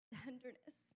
tenderness